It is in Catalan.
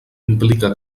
implica